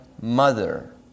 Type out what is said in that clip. mother